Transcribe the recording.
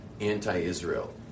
anti-Israel